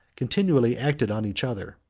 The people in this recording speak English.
continually acted on each other,